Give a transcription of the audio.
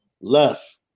Left